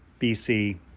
BC